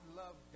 love